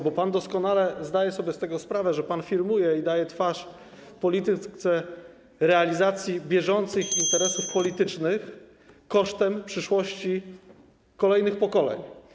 Bo pan doskonale zdaje sobie z tego sprawę, że pan firmuje i daje twarz polityce realizacji bieżących interesów (Gwar na sali, dzwonek) politycznych kosztem przyszłości kolejnych pokoleń.